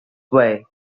way